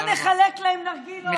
בואו נחלק להם נרגילות.